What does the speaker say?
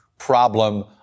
problem